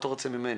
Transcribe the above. מה אתה רוצה ממני?